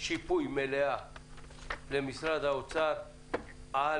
שיפוי מלאה למשרד האוצר על